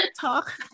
talk